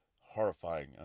horrifying